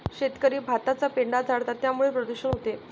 शेतकरी भाताचा पेंढा जाळतात त्यामुळे प्रदूषण होते